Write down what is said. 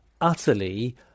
utterly